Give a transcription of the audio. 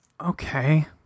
Okay